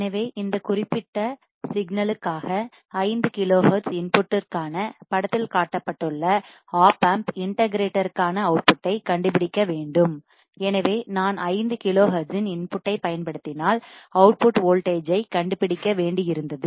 எனவே இந்த குறிப்பிட்ட சிக்கலுக்காக 5 கிலோஹெர்ட்ஸ் இன்புட் ற்கான படத்தில் காட்டப்பட்டுள்ள ஓப்பம்ப் இன்டெகிரெட்ற்கான அவுட்புட்டை கண்டுபிடிக்க வேண்டும் எனவே நான் 5 கிலோஹெர்ட்ஸின் இன்புட்டைப் பயன்படுத்தினால் அவுட்புட் வோல்டேஜ் ஐ கண்டுபிடிக்க வேண்டியிருந்தது